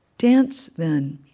dance, then,